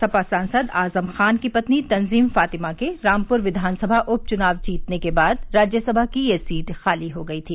सपा सांसद आजम खां की पत्नी तंजीम फातिमा के रामपुर विधानसभा उपचुनाव जीतने के बाद राज्यसभा की यह सीट खाली हो गई थी